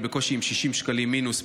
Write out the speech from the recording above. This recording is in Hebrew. אני בקושי עם 60 שקלים מינוס,